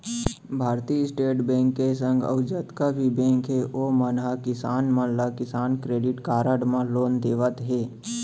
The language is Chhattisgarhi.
भारतीय स्टेट बेंक के संग अउ जतका भी बेंक हे ओमन ह किसान मन ला किसान क्रेडिट कारड म लोन देवत हें